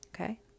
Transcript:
okay